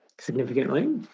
significantly